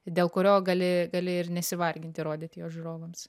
dėl kurio gali gali ir nesivarginti rodyti jo žiūrovams